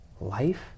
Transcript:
life